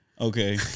Okay